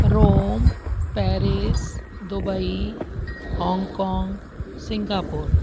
Rome Paris Dubai Hong Kong Singapore